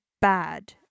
bad